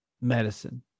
medicine